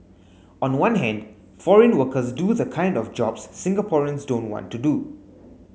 on one hand foreign workers do the kind of jobs Singaporeans don't want to do